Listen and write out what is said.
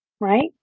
Right